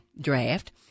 draft